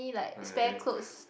then